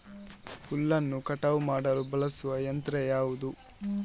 ಹುಲ್ಲನ್ನು ಕಟಾವು ಮಾಡಲು ಬಳಸುವ ಯಂತ್ರ ಯಾವುದು?